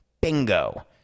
Bingo